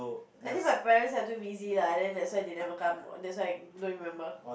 I think my parents are too busy lah then that's why they never come on that's why I don't remember